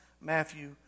Matthew